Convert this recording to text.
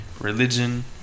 religion